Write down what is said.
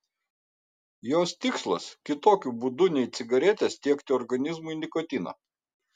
jos tikslas kitokiu būdu nei cigaretės tiekti organizmui nikotiną